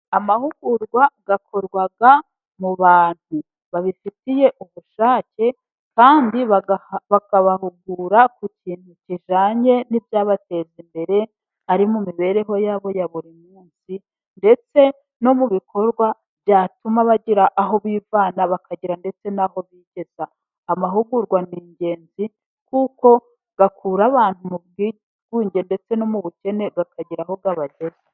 Amahugurwa akorwa mu bantu babifitiye ubushake, kandi bakabahugura ku kintu kijyanye n'ibyabateza imbere, ari mu mibereho yabo ya buri munsi, ndetse no mu bikorwa byatuma bagira aho bivana bakagira ndetse n'aho bigeza. Amahugurwa ni ingenzi kuko akura abantu mu bwigunge ndetse no mu bukene, akagira aho abageza.